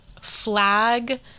flag